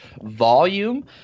volume